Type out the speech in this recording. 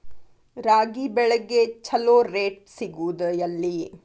ರಾಗಿ ಬೆಳೆಗೆ ಛಲೋ ರೇಟ್ ಸಿಗುದ ಎಲ್ಲಿ?